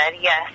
Yes